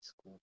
school